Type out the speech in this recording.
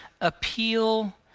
appeal